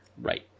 Right